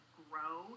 grow